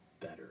better